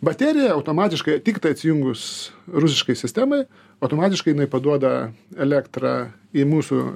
baterija automatiškai tiktai atsijungus rusiškai sistemai automatiškai jinai paduoda elektrą į mūsų